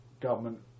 government